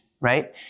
right